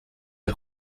del